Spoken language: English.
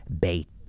bait